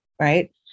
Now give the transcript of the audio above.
right